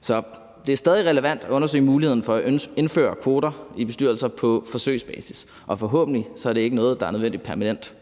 Så det er stadig relevant at undersøge muligheden for at indføre kvoter i bestyrelser på forsøgsbasis, og forhåbentlig er det ikke noget, der er nødvendigt permanent.